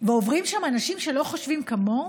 ועוברים שם אנשים שלא חושבים כמוהם,